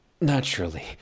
Naturally